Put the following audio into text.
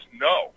no